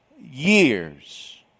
years